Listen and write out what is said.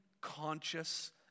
conscious